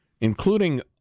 including